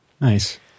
Nice